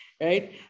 Right